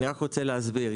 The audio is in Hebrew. ואני רוצה להסביר.